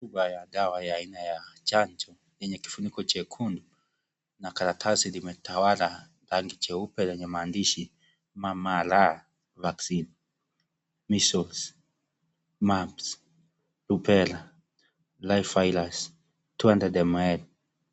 Chupa ya dawa ya aina ya chanjo yenye kifuniko chekundu na karatasi limetawala rangi cheupe lenye maandishi MMR vaccine measles, mumps, rubella live virus 200ml .